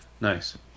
Nice